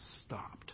stopped